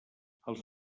els